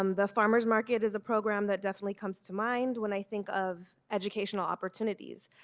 um the farmers market is a program that definitely comes to mind when i think of educational opportunities.